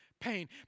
pain